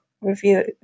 review